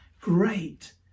Great